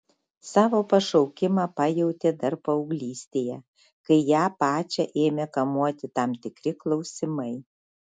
savo pašaukimą pajautė dar paauglystėje kai ją pačią ėmė kamuoti tam tikri klausimai